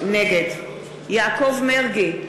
נגד יעקב מרגי,